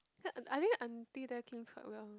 that I think aunty there cleans quite well